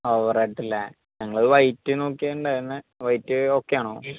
ഓ red അല്ലേ ഞങ്ങൾ white നോക്കിയാണ് ഉണ്ടായിരുന്നത് വൈറ്റ് ഓക്കെ ആണോ